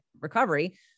recovery